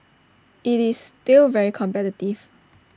IT is still very competitive